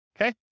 okay